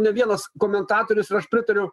ne vienas komentatorius ir aš pritariu